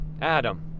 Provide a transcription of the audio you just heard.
Adam